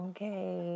Okay